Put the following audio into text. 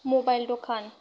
mobile दखान